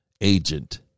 agent